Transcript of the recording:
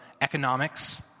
economics